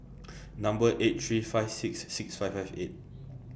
Number eight three five six six five five eight